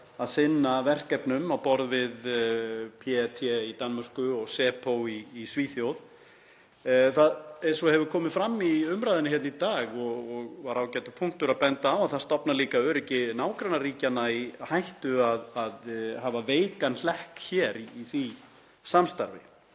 að sinna verkefnum, á borð við PET í Danmörku og SÄPO í Svíþjóð. Eins og hefur komið fram í umræðunni hér í dag, sem var ágætur punktur að benda á, þá stofnar það líka öryggi nágrannaríkjanna í hættu að hafa veikan hlekk hér í því samstarfi.